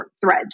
thread